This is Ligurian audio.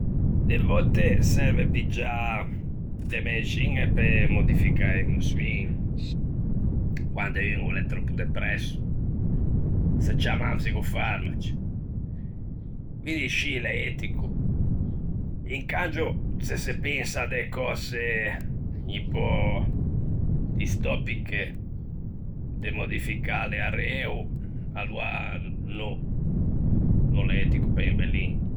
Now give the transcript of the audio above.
De vòtte serve piggiâ de mëxiñe pe modificâ e emoçioin, quande un o l'é tròppo depresso, se ciamman psicofarmaci; quindi scì, l'é etico. Incangio se se pensa à de cöse un pö distòpiche, de modificâle areo, aloa no, no l'é etico pe un bellin.